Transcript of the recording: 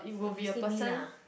obviously me lah